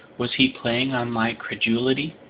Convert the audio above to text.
was he playing on my credulity?